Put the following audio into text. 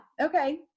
okay